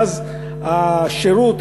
ואז השירות,